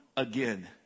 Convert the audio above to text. again